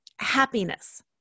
happiness